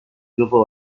grupo